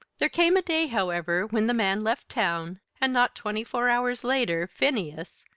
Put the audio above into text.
there came a day, however, when the man left town, and not twenty-four hours later, phineas,